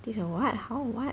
do the what how what